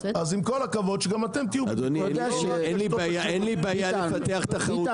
אז עם כל הכבוד, שגם אתם תהיו ---,